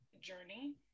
journey